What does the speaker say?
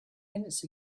minutes